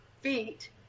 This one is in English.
feet